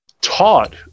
taught